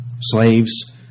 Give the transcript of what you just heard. Slaves